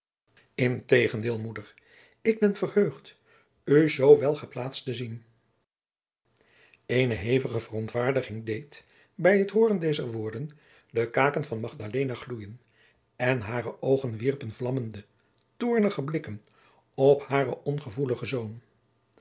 integendeel moeder ik ben verheugd u zoo wel geplaatst te zien eene hevige verontwaardiging deed bij t hooren dezer woorden de kaken van magdalena gloeien en hare oogen wierpen vlammende toornige blikken op haren ongevoeligen zoon